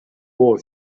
boy